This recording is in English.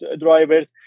drivers